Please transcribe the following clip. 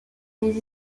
les